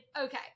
okay